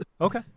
Okay